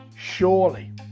surely